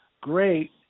Great